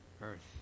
earth